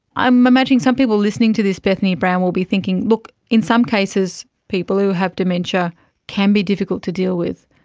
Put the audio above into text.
i'm imagining some people listening to this, bethany brown, will be thinking, look, in some cases people who have dementia can be difficult to deal with,